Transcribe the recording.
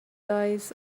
eyes